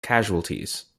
casualties